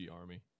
army